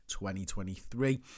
2023